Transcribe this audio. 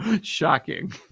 shocking